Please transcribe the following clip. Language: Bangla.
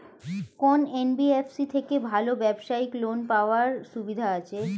কোন এন.বি.এফ.সি থেকে ভালো ব্যবসায়িক লোন পাওয়ার সুবিধা আছে?